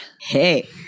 Hey